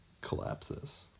collapses